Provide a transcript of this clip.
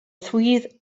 three